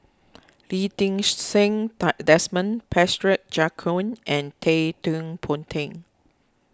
Lee Ding Seng Desmond Joaquim and Ted Ponti